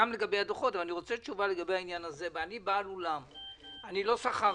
נכון, זאת הייתה ההסכמה.